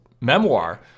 memoir